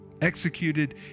executed